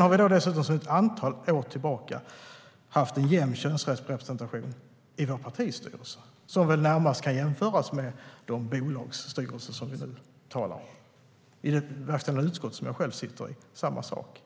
har vi sedan ett antal år tillbaka haft en jämn könsrepresentation i vår partistyrelse, som väl närmast kan jämföras med de bolagsstyrelser som vi nu talar om. I det verkställande utskottet som jag själv sitter i är det samma sak.